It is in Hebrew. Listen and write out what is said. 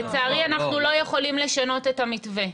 לצערי אנחנו לא יכולים לשנות את המתווה.